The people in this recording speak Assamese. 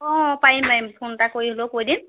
অঁ পাৰিম পাৰিম ফোন এটা কৰি হ'লেও কৈ দিম